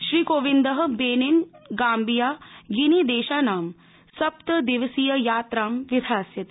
Shri Kovind Benin Gambia गिनी देशानां सप्तदिवसीय यात्रां विधास्यति